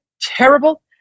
terrible